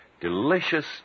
delicious